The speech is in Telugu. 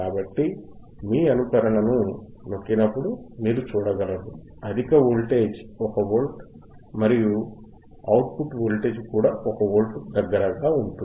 కాబట్టి మీరు అనుకరణను నొక్కినప్పుడు మీరు చూడగలుగుతారు అధిక వోల్టేజ్ 1 వోల్ట్ మరియు అవుట్ పుట్ వోల్టేజ్ కూడా 1 వోల్ట్కు దగ్గరగా ఉంటుంది